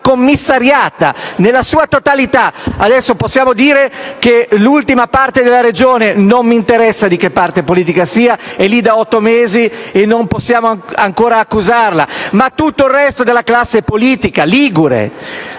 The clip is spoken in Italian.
incapace e va commissariata nella sua totalità. Adesso possiamo dire che l'ultima parte della Regione - non mi interessa di che parte politica sia - è lì da otto mesi e non possiamo ancora accusarla, ma tutto il resto della classe politica ligure,